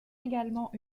également